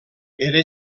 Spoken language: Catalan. era